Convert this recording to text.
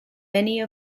many